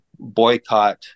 boycott